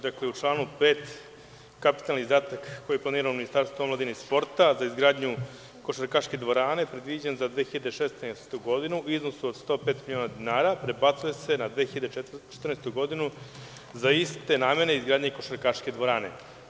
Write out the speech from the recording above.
Dakle, u članu 5. kapitalni izdatak koji je planiralo Ministarstvo omladine i sporta za izgradnju košarkaške dvorane, predviđen za 2016. godinu, u iznosu od 105 miliona dinara, prebacuje se na 2014. godinu za iste nemane - izgradnja košarkaške dvorane.